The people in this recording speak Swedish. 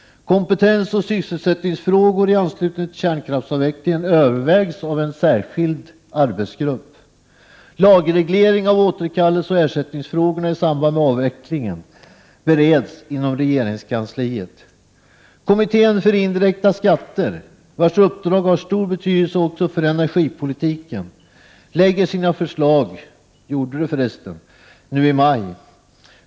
Kompetensoch sysselsättningsfrågor i anslutning till kärnkraftsavvecklingen övervägs av en särskild arbetsgrupp. Lagreglering av återkallelseoch ersättningsfrågorna i samband med avvecklingen bereds inom regeringskansliet. Kommittén för indirekta skatter, vars uppdrag har stor betydelse också för energipolitiken, lade fram sina förslag nu i maj.